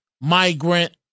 migrant